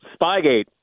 Spygate